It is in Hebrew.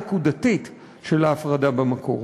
נקודתית של ההפרדה במקור.